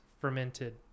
fermented